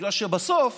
בגלל שבסוף